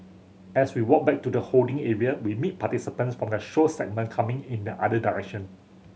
as we walk back to the holding area we meet participants from the show segment coming in the other direction